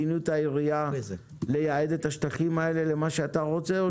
מדיניות העירייה היא לייעד את השטחים האלה אל מה שאתה רוצה?